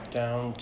down